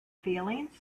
feelings